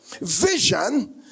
Vision